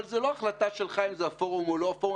אבל זו לא החלטה שלך אם זה הפורום או לא הפורום.